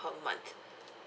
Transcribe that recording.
per month